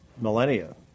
millennia